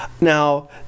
Now